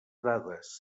dades